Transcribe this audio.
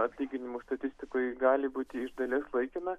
atlyginimų statistikoj gali būti iš dalies laikina